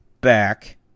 back